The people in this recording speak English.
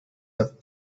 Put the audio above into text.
had